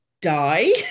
die